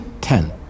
Ten